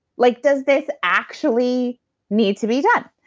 like does this actually need to be done?